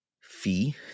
fee